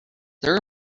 there